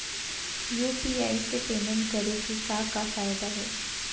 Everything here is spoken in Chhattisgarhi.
यू.पी.आई से पेमेंट करे के का का फायदा हे?